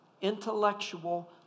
intellectual